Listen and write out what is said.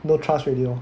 don't trust already lor